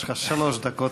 יש לך שלוש דקות,